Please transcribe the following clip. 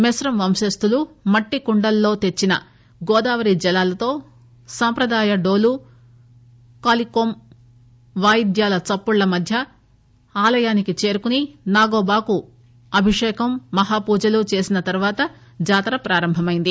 మెస్రం వంశస్థులు మట్టి కుండలలో తెచ్చిన గోదావరి జలాలతో సంప్రదాయ డోలు కాలికోమ్ వాయిధ్యాల చప్పుళ్ల మధ్య ఆలయానికి చేరుకొని నాగోబాకు అభిషేకం మహాపూజలు చేసిన అనంతరం జాతర ప్రారంభమైంది